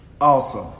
Awesome